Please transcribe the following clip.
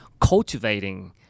cultivating